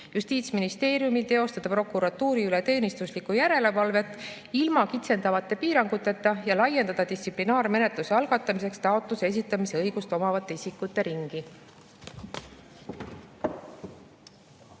Justiitsministeeriumi õigus teostada prokuratuuri üle teenistuslikku järelevalvet ilma kitsendavate piiranguteta ja laiendada distsiplinaarmenetluse algatamiseks taotluse esitamise õigust omavate isikute ringi.